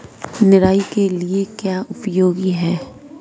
निराई के लिए क्या उपयोगी है?